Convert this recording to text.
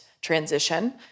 transition